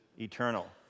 eternal